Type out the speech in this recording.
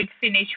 finish